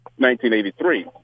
1983